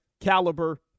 caliber